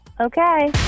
Okay